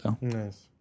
Nice